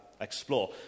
explore